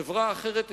"חברה אחרת אפשרית"